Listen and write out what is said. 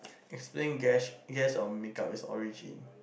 explain guest guest of make up its origin